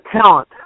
talent